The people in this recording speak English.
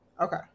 Okay